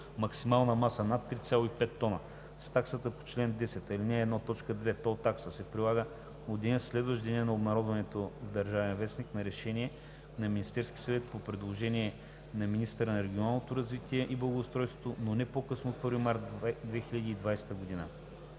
максимална маса над 3,5 тона с таксата по чл. 10, ал. 1, т. 2 – тол такса, се прилага от деня, следващ деня на обнародването в „Държавен вестник“ на решение на Министерския съвет, по предложение на министъра на регионалното развитие и благоустройството, но не по-късно от 1 март 2020 г.“ 2.